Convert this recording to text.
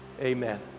Amen